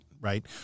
right